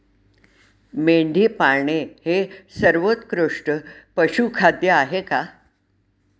मेंढी पाळणे हे सर्वोत्कृष्ट पशुखाद्य आहे का?